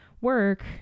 work